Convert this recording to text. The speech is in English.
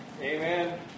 Amen